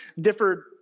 differed